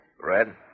Red